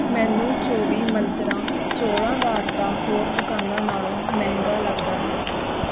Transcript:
ਮੈਨੂੰ ਚੌਵੀ ਮੰਤਰਾਂ ਚੌਲ਼ਾਂ ਦਾ ਆਟਾ ਹੋਰ ਦੁਕਾਨਾਂ ਨਾਲੋਂ ਮਹਿੰਗਾ ਲੱਗਦਾ ਹੈ